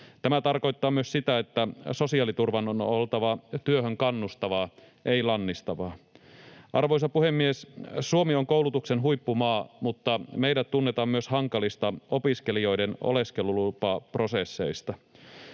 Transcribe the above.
Tämä tarkoittaa myös sitä, että sosiaaliturvan on oltava työhön kannustavaa, ei lannistavaa. Arvoisa puhemies! Suomi on koulutuksen huippumaa, mutta meidät tunnetaan myös hankalista opiskelijoiden oleskelulupaprosesseista.